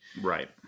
Right